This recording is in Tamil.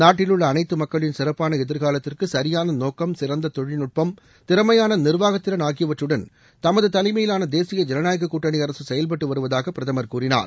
நாட்டில் உள்ள அனைத்து மக்களின் சிறப்பாள எதிர்காலத்திற்கு சுரியாள நோக்கம் சிறந்த தொழில்நட்பம் திறனமயான நிய்வாகத் திறன் ஆகியவற்றடன் தமது தலைமையிலான தேசிய ஜனநாயக கூட்டணி அரசு செயல்பட்டு வருவதாக பிரதமர் கூறினார்